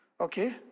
Okay